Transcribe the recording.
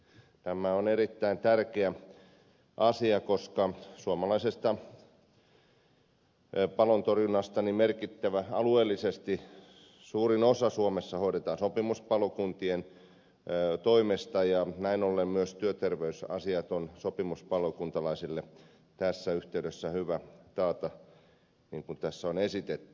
tämä on erittäin tärkeä asia koska suomalaisesta palontorjunnasta alueellisesti suurin osa hoidetaan sopimuspalokuntien toimesta ja näin ollen myös työterveysasiat on sopimuspalokuntalaisille tässä yhteydessä hyvä taata niin kuin tässä on esitetty